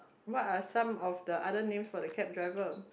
what are some of the other names for the cab driver